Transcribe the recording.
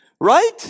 right